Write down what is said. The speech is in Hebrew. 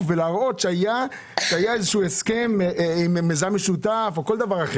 ולהראות שהיה הסכם עם מיזם משותף או כל דבר.